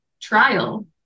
trial